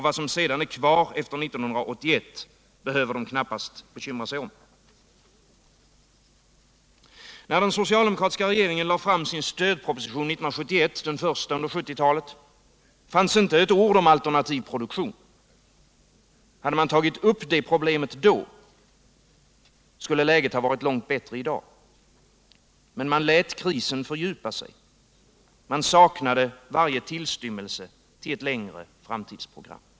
Vad som sedan är kvar efter 1981 behöver de knappast bekymra sig om. När den socialdemokratiska regeringen lade fram sin stödproposition 1971 — den första under 1970-talet — fanns inte ett ord om alternativ produktion. Hade man tagit upp det problemet då, skulle läget varit långt bättre i dag. Man lät krisen fördjupa sig. Man saknade varje tillstymmelse till ett längre framtidsprogram.